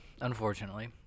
Unfortunately